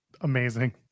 Amazing